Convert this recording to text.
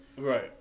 Right